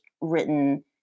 written